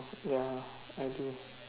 ya I think